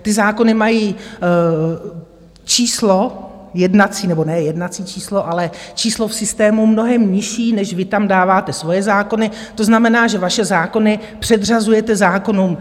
Ty zákony mají číslo jednací, nebo ne jednací číslo, ale číslo v systému mnohem nižší, než vy tam dáváte svoje zákony, to znamená, že vaše zákony předřazujete zákonům opozice.